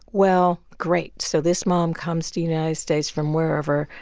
well, great, so this mom comes to united states from wherever,